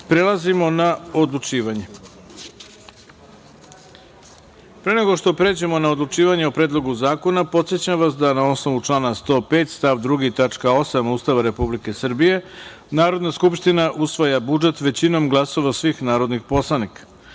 na odlučivanje. Pre nego što pređemo na odlučivanje o Predlogu zakona, podsećam vas da, na osnovu člana 105. stav 2. tačka 8) Ustava Republike Srbije, Narodna skupština usvaja budžet većinom glasova svih narodnih poslanika. Pošto